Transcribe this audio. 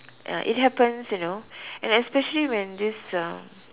ya it happens you know and especially when this uh